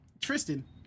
Tristan